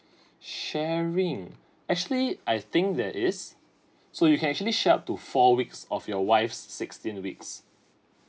sharing actually I think there is so you can actually share up to four weeks of your wife's sixteen weeks